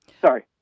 Sorry